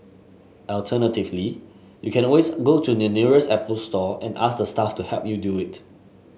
alternatively you can always go to your nearest Apple Store and ask the staff to help you do it